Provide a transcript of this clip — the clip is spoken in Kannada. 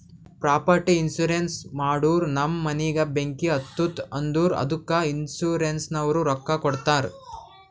ಪ್ರಾಪರ್ಟಿ ಇನ್ಸೂರೆನ್ಸ್ ಮಾಡೂರ್ ನಮ್ ಮನಿಗ ಬೆಂಕಿ ಹತ್ತುತ್ತ್ ಅಂದುರ್ ಅದ್ದುಕ ಇನ್ಸೂರೆನ್ಸನವ್ರು ರೊಕ್ಕಾ ಕೊಡ್ತಾರ್